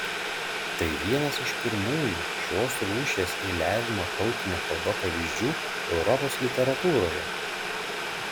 tai vienas iš pirmųjų šios rūšies eiliavimo tautine kalba pavyzdžių europos literatūroje